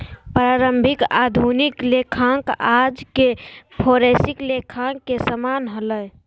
प्रारंभिक आधुनिक लेखांकन आज के फोरेंसिक लेखांकन के समान हलय